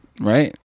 Right